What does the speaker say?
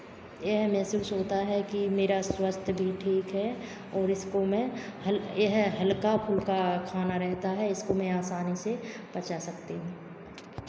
ये महसूस होता है कि मेरा स्वास्थ्य भी ठीक है और इसको मैं ये है हल्का फुल्का खाना रहता है इसको मैं आसानी से पचा सकती हूँ